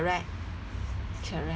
correct correct